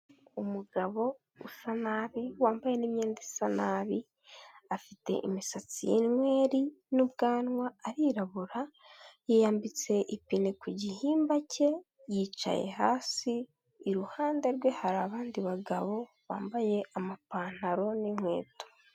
Umugabo usa nabi, wambaye n'imyenda isa nabi. Afite imisatsi y'inweri n'ubwanwa, arirabura, yiyambitse ipine ku gihimba cye, yicaye hasi, iruhande rwe hari abandi bagabo bambaye amapantaro n'inkweto.